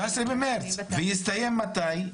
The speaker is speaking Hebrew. ויסתיים מתי?